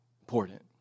important